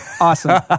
Awesome